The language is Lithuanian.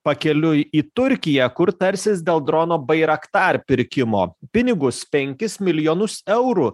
pakeliui į turkiją kur tarsis dėl drono bairaktar pirkimo pinigus penkis milijonus eurų